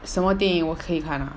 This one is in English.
什么电影我可以看 ah